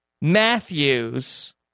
Matthews